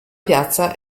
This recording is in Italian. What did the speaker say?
piazza